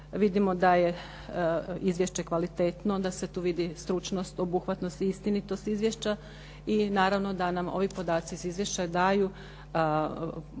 Vidimo da je izvješće kvalitetno da se tu vidi stručnost, obuhvatnost i istinitost izvješća i naravno da nam ovi podaci iz izvješća daju